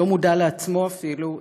לא מודע לעצמו אפילו,